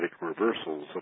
reversals